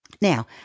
Now